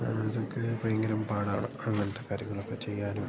ആ അതൊക്കെ ഭയങ്കരം പാടാണ് അങ്ങനത്തെ കാര്യങ്ങളൊക്കെ ചെയ്യാനും